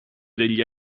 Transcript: degli